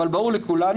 אבל ברור לכולנו,